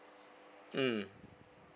mm